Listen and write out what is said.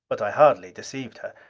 but i hardly deceived her.